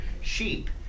sheep